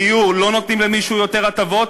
בדיור לא נותנים למישהו יותר הטבות,